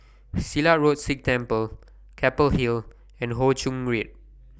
Silat Road Sikh Temple Keppel Hill and Ho Ching Read